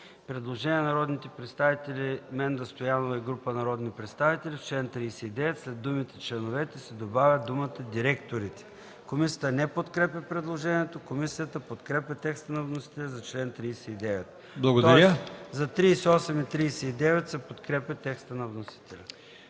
Предложение от народния представител Менда Стоянова и група народни представители: в чл. 39 след думите „членовете” да се добави думата „директорите”. Комисията не подкрепя предложението. Комисията подкрепя текста на вносителя за чл. 39. За членове 38 и 39 се подкрепя текстът на вносителите.